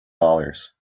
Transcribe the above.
dollars